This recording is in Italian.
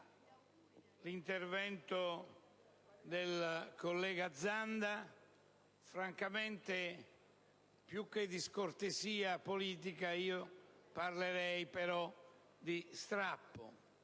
l'intervento del senatore Zanda. Francamente, più che di scortesia politica parlerei di strappo.